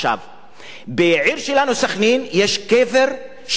בעיר שלנו, סח'נין, יש קבר של רב, יהושע דסכנין.